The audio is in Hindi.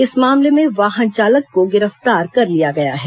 इस मामले में वाहन चालक को गिरफ्तार कर लिया गया है